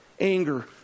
anger